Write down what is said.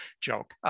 Joke